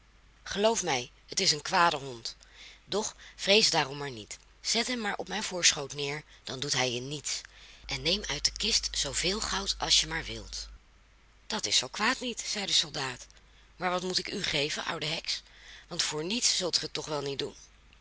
geloof mij het is een kwade hond doch vrees daarom maar niet zet hem maar op mijn voorschoot neer dan doet hij je niets en neem uit de kist zooveel goud als je maar wilt dat is zoo kwaad niet zei de soldaat maar wat moet ik u geven oude heks want voor niet zult ge het toch wel niet doen